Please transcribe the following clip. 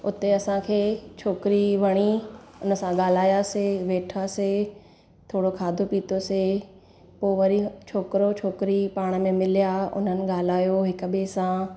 हुते असांखे छोकिरी वणी हुन सां ॻाल्हायोसीं वेठासीं थोरो खाधो पीतोसीं पोइ वरी छोकिरो छोकिरी पाण में मिलिया उन्हनि ॻाल्हायो हिकु ॿिए सां